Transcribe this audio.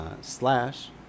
slash